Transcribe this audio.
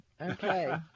Okay